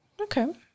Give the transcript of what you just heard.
Okay